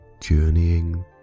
journeying